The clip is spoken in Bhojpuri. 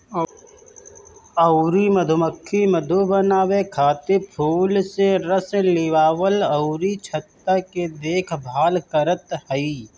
अउरी मधुमक्खी मधु बनावे खातिर फूल से रस लियावल अउरी छत्ता के देखभाल करत हई